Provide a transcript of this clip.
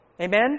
Amen